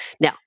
Now